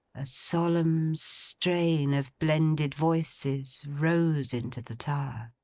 a solemn strain of blended voices, rose into the tower.